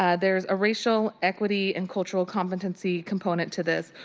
ah there is a racial equity and cultural competency component to this.